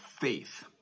faith